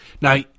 Now